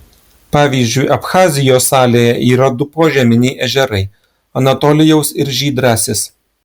pavyzdžiui abchazijos salėje yra du požeminiai ežerai anatolijaus ir žydrasis